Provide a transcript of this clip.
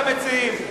המציעים.